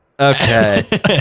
Okay